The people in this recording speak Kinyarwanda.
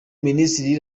minisitiri